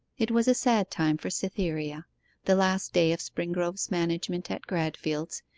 it was a sad time for cytherea the last day of springrove's management at gradfield's,